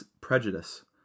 prejudice